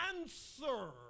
answer